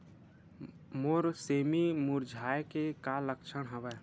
मोर सेमी मुरझाये के का लक्षण हवय?